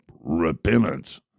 repentance